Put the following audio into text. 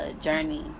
journey